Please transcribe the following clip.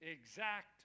exact